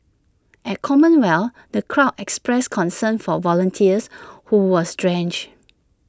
at commonwealth the crowd expressed concern for volunteers who was drenched